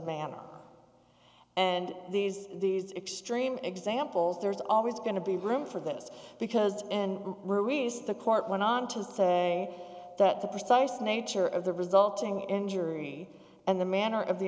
bana and these these extreme examples there's always going to be room for this because and reduce the court went on to say that the precise nature of the resulting injury and the manner of the